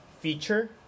Feature